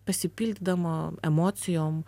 pasipildydama emocijom